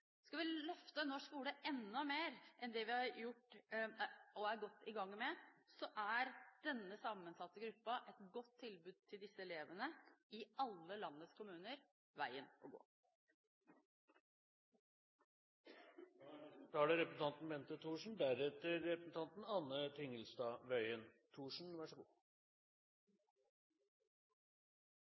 Skal vi løfte norsk skole enda mer enn det vi er godt i gang med, er denne sammensatte gruppen et godt tilbud til disse elevene i alle landets kommuner og veien å gå. Først vil jeg takke saksordføreren for veldig godt utført arbeid og samarbeid om meldingen. Komiteen som helhet har funnet fram til og blitt enige om en god